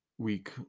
Week